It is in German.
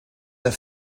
der